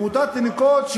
בתמותת תינוקות,